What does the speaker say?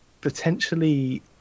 potentially